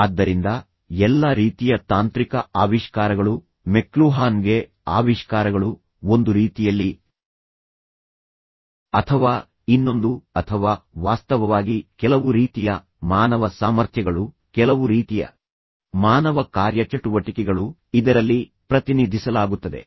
ಆದ್ದರಿಂದ ಎಲ್ಲಾ ರೀತಿಯ ತಾಂತ್ರಿಕ ಆವಿಷ್ಕಾರಗಳು ಮೆಕ್ಲುಹಾನ್ಗೆ ಆವಿಷ್ಕಾರಗಳು ಒಂದು ರೀತಿಯಲ್ಲಿ ಅಥವಾ ಇನ್ನೊಂದು ಅಥವಾ ವಾಸ್ತವವಾಗಿ ಕೆಲವು ರೀತಿಯ ಮಾನವ ಸಾಮರ್ಥ್ಯಗಳು ಕೆಲವು ರೀತಿಯ ಮಾನವ ಕಾರ್ಯಚಟುವಟಿಕೆಗಳು ಕೆಲವು ರೀತಿಯ ಮಾನವ ಭಾಗಗಳನ್ನು ಇದರಲ್ಲಿ ಪ್ರತಿನಿಧಿಸಲಾಗುತ್ತದೆ